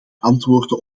antwoorden